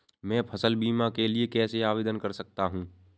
मैं फसल बीमा के लिए कैसे आवेदन कर सकता हूँ?